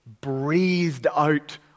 breathed-out